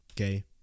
Okay